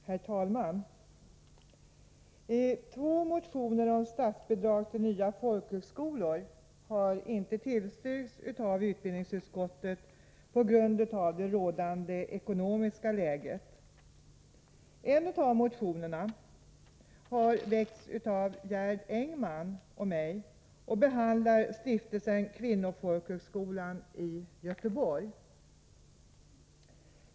Herr talman! Två motioner om statsbidrag för nya folkhögskolor har på grund av det rådande ekonomiska läget avstyrkts av utbildningsutskottet. En av motionerna har väckts av Gerd Engman och mig och behandlar Stiftelsen Kvinnofolkhögskola i Göteborg.